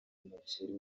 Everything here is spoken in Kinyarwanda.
umuceri